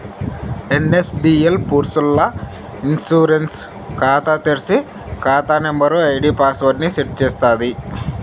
NSDL పూర్స్ ల్ల ఇ ఇన్సూరెన్స్ కాతా తెర్సి, కాతా నంబరు, ఐడీ పాస్వర్డ్ ని సెట్ చేస్తాది